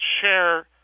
share